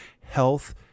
health